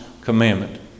commandment